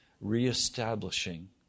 reestablishing